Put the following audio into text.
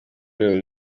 rwego